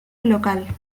local